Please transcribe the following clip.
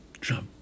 Trump